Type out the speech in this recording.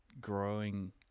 growing